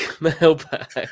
mailbag